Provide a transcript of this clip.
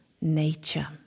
nature